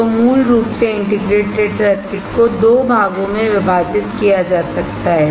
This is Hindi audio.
तो मूल रूप से इंटीग्रेटेड सर्किट को 2 भागों में विभाजित किया जा सकता है